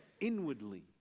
inwardly